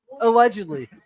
Allegedly